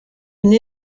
une